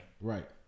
right